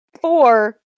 four